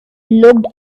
looked